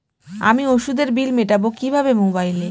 আমি ওষুধের বিল মেটাব কিভাবে মোবাইলে?